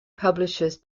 publishes